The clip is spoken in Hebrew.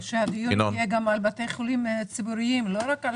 ושהדיון יהיה גם על בתי חולים ציבוריים לא רק על